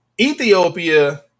Ethiopia